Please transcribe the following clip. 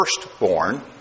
firstborn